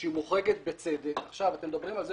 שהיא מוחרגת בצדק אתם מדברים על זה